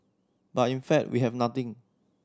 but in fact we have nothing